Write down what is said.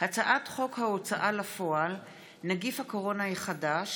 הצעת חוק ההוצאה לפועל (נגיף הקורונה החדש,